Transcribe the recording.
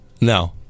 No